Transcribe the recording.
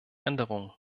änderungen